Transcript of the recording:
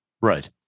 Right